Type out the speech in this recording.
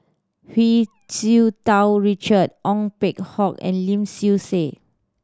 Hu Tsu Tau Richard Ong Peng Hock and Lim Swee Say